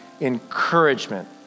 encouragement